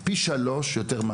של פי שלושה יותר מההשקעה.